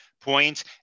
points